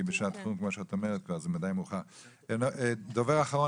כמו שאת אומרת זה --- דובר אחרון